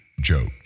joked